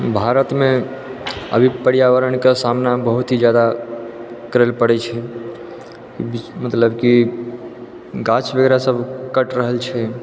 भारतमे अभी पर्यावरणके सामना बहुत ही जादा करल पड़ै छै मतलब की गाछ वगैरह सब कटि रहल छै